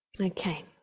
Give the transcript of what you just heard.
Okay